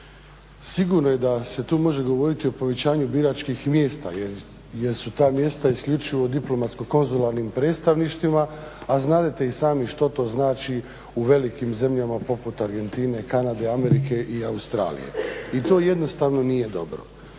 Sigurno je da se tu može govoriti o povećanju biračkih mjesta jer su ta mjesta isključivo u diplomatsko konzularnim predstavništvima a znadete i sami što to znači u velikim zemljama poput Argentine, Kanade, Amerike i Australije i to jednostavno nije dobro.